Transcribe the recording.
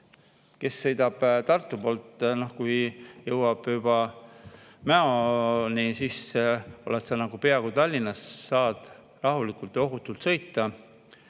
Kes sõidab Tartu poolt ja jõuab juba Mäoni, siis on ta juba peaaegu nagu Tallinnas: saab rahulikult ja ohutult sõita.